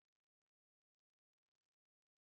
oh ya me too